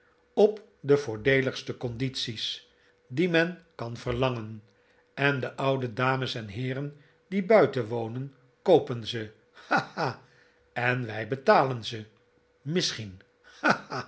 op de voordeeligste condities die men kan verlangen en de oude dames en heeren die buiten wonen koopen ze ha ha en wij betalen ze misschien